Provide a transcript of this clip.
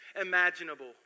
imaginable